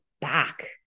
back